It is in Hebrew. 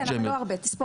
כן, אבל לא הרבה, תספור.